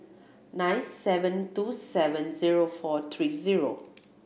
nine seven two seven zero four three zero